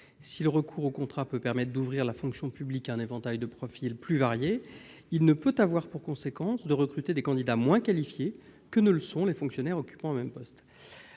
Si le recours au contrat peut permettre d'ouvrir la fonction publique à un éventail de profils plus variés, il ne peut avoir pour conséquence de recruter des candidats moins qualifiés que ne le sont les fonctionnaires occupant un même poste.